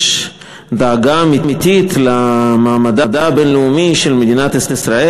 יש דאגה אמיתית למעמדה הבין-לאומי של מדינת ישראל